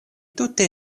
tute